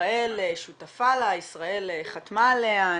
שישראל שותפה לה, ישראל חתמה עליה.